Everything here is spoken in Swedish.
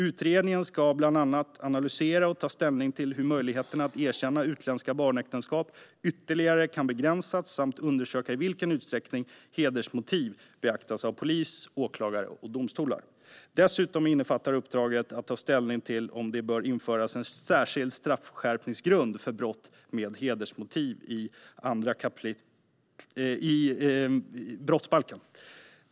Utredningen ska bland annat analysera och ta ställning till hur möjligheten att erkänna utländska barnäktenskap ytterligare kan begränsas samt undersöka i vilken utsträckning hedersmotiv beaktas av polis, åklagare och domstolar. Dessutom innefattar uppdraget att ta ställning till om det bör införas en särskild straffskärpningsgrund för brott med hedersmotiv i brottsbalken.